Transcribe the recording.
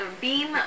beam